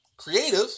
Creative